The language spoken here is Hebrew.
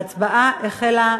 ההצבעה החלה.